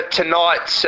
tonight